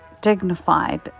dignified